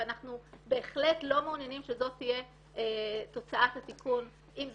ואנחנו בהחלט לא מעוניינים שזו תהיה תוצאת התיקון.